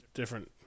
different